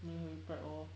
他们会 prep lor